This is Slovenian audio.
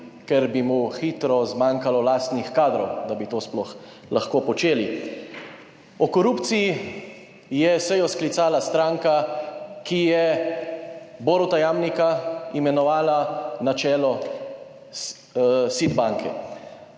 ker bi mu hitro zmanjkalo lastnih kadrov, da bi to sploh lahko počeli. O korupciji je sejo sklicala stranka, ki je Boruta Jamnika imenovala na čelo SID banke.